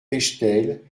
bechtel